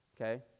okay